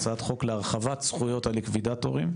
הצעת חוק להרחבת זכויות הליקווידטורים,